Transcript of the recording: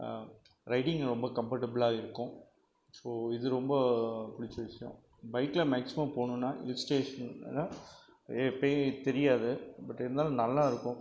ரைடிங்கும் ரொம்ப கம்ஃபர்ட்டபுளாக இருக்கும் ஸோ இது ரொம்ப பிடிச்ச விஷயம் பைக்கில் மேக்ஸிமம் போகணுன்னா ஹில்ஸ் ஸ்டேஷன் இல்லைனா பெ தெரியாது பட் இருந்தாலும் நல்லாயிருக்கும்